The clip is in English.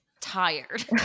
tired